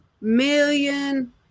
million